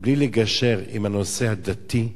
בלי לגשר עם הנושא הדתי,